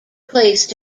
placed